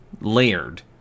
layered